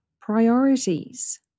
priorities